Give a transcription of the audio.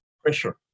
pressure